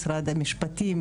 משרד המשפטים,